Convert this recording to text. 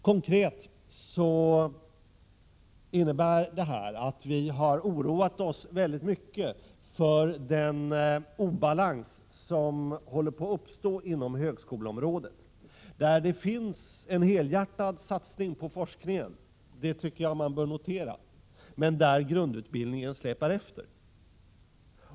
Konkret innebär detta att vi har oroat oss väldigt mycket för den obalans som är på väg att uppstå inom högskoleområdet, där det sker en helhjärtad satsning på forskningen — vilket jag tycker att man bör notera — men där grundutbildningen släpar efter.